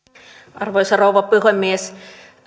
arvoisa rouva puhemies